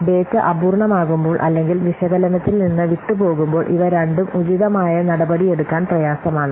data അപൂർണ്ണമാകുമ്പോൾ അല്ലെങ്കിൽ വിശകലനത്തിൽ നിന്ന് വിട്ടുപോകുമ്പോൾ ഇവ രണ്ടും ഉചിതമായ നടപടി എടുക്കാൻ പ്രയാസമാണ്